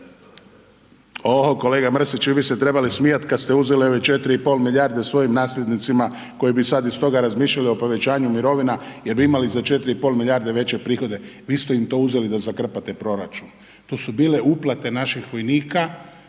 O kolega Mrsiću i vi ste se trebali smijati kada ste uzeli one 4,5 milijarde svojim nasljednicima koji bi sada iz toga razmišljali o povećanju mirovina jer bi imali za 4,5 milijarde veće prihode. Vi ste im to uzeli da zakrpate proračun. To su bile uplate naših vojnika,